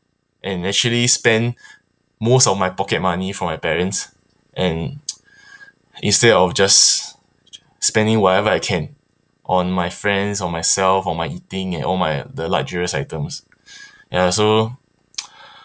and actually spend most of my pocket money for my parents and instead of just spending whatever I can on my friends on myself on my eating and all my the luxurious items and I also